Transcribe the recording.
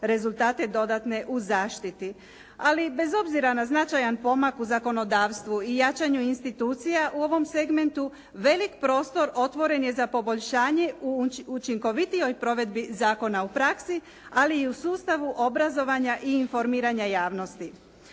rezultate dodatne u zaštiti. Ali bez obzira na značajan pomak u zakonodavstvu i jačanju institucija u ovom segmentu, velik prostor otvoren je za poboljšanje u učinkovitijoj provedbi zakona u praksi, ali i u sustavu obrazovanja i informiranja javnosti,